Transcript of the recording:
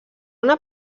una